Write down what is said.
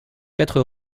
quatre